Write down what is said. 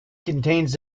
contains